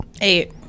Eight